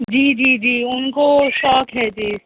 جی جی جی ان کو شوق ہے جی